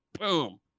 boom